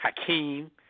Hakeem